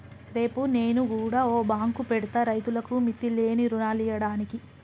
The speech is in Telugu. రేపు నేను గుడ ఓ బాంకు పెడ్తా, రైతులకు మిత్తిలేని రుణాలియ్యడానికి